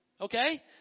Okay